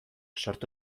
sortu